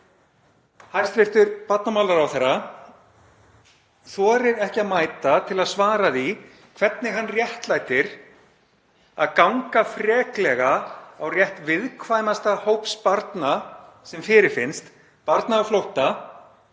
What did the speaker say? Hæstv. barnamálaráðherra þorir ekki að mæta til að svara því hvernig hann réttlætir það að ganga freklega á rétt viðkvæmasta hóps barna sem fyrirfinnst, barna á flótta,